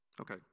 Okay